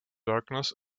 darkness